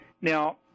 Now